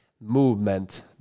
movement